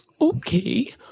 okay